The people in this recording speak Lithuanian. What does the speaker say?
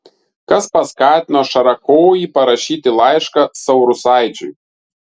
kas paskatino šarakojį parašyti laišką saurusaičiui